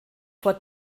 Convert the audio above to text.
vor